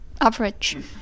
average